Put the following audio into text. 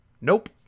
nope